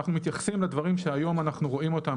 אנחנו מתייחסים לדברים שהיום אנחנו רואים אותם